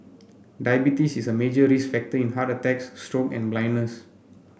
diabetes is a major risk factor in heart attacks stroke and blindness